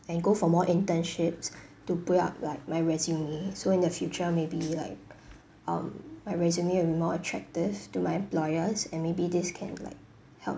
and go for more internships to pull up like my resume so in the future maybe like um my resume will be more attractive to my employers and maybe this can like help